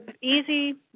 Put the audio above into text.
easy